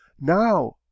Now